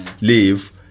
leave